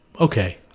Okay